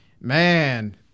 man